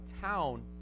town